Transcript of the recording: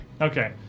Okay